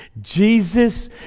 Jesus